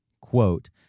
quote